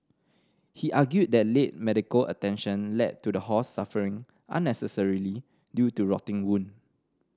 he argued that late medical attention led to the horse suffering unnecessarily due to rotting wound